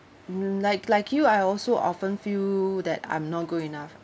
like like you I also often feel that I'm not good enough